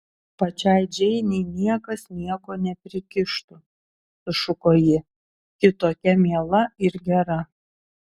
pačiai džeinei niekas nieko neprikištų sušuko ji ji tokia miela ir gera